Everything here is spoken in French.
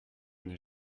n’ai